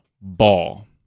Ball